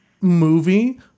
movie